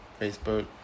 Facebook